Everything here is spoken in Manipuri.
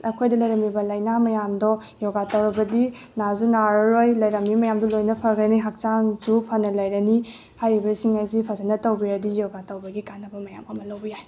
ꯑꯩꯈꯣꯏꯗ ꯂꯩꯔꯝꯃꯤꯕ ꯂꯩꯅꯥ ꯃꯌꯥꯝꯗꯣ ꯌꯣꯒꯥ ꯇꯧꯔꯕꯗꯤ ꯅꯥꯁꯨ ꯅꯥꯔꯔꯣꯏ ꯂꯩꯔꯝꯃꯤꯕ ꯃꯌꯥꯝꯗꯨ ꯂꯣꯏꯅ ꯐꯈ꯭ꯔꯅꯤ ꯍꯛꯆꯥꯡꯁꯨ ꯐꯅ ꯂꯩꯔꯅꯤ ꯍꯥꯏꯔꯤꯕꯁꯤꯡ ꯑꯁꯤ ꯐꯖꯅ ꯇꯧꯕꯤꯔꯗꯤ ꯌꯣꯒꯥ ꯇꯧꯕꯒꯤ ꯀꯥꯟꯅꯕ ꯃꯌꯥꯝ ꯑꯃ ꯂꯧꯕ ꯌꯥꯏ